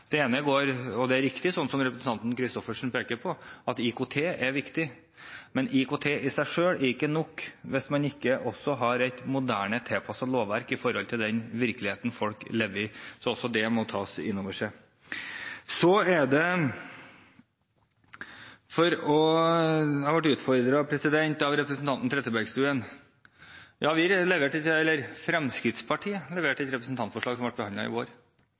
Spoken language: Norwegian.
Det er riktig som representanten Christoffersen peker på, at IKT er viktig. Men IKT i seg selv er ikke nok, hvis man ikke også har et moderne tilpasset lovverk for den virkeligheten folk lever i. Det må en også ta inn over seg. Jeg ble utfordret av representanten Trettebergstuen. Ja, Fremskrittspartiet leverte et representantforslag som ble behandlet i fjor vår. Regjeringen skal ha en helhetlig gjennomgang av Nav. Representantforslaget var et